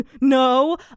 No